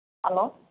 hello